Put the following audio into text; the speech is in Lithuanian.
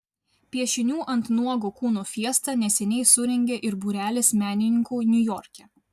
piešinių ant nuogo kūno fiestą neseniai surengė ir būrelis menininkų niujorke